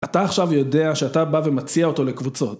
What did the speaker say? אתה עכשיו יודע שאתה בא ומציע אותו לקבוצות.